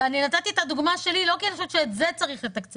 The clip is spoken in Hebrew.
אני נתתי את הדוגמא שלי לא כי אני חושבת שאת זה צריך לתקצב,